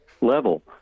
level